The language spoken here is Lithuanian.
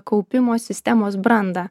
kaupimo sistemos brandą